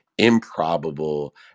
improbable